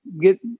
get